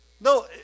No